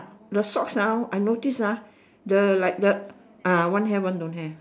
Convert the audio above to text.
the socks ah I notice ah the like the ah one have one don't have